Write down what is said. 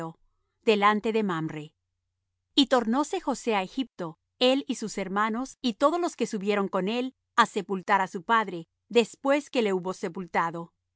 delante de mamre y tornóse josé á egipto él y sus hermanos y todos los que subieron con él á sepultar á su padre después que le hubo sepultado